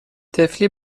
طفلی